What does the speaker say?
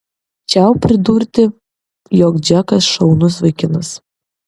čiau pridurti jog džekas šaunus vaikinas